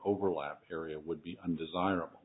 overlapped area would be undesirable